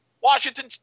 Washington